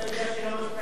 אתה יודע שהיא לא משפיעה?